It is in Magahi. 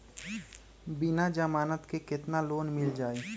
बिना जमानत के केतना लोन मिल जाइ?